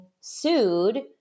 sued